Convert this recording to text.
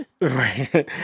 Right